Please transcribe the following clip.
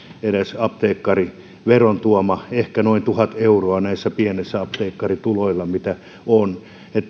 edes apteekkariveron tuoma ehkä noin tuhat euroa näillä pienillä apteekkarituloilla mitä on